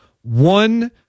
One